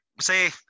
say